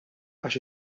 għax